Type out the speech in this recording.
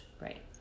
Right